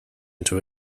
into